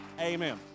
Amen